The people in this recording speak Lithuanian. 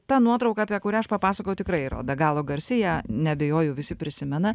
ta nuotrauka apie kurią aš papasakojau tikrai yra be galo garsi ją neabejoju visi prisimena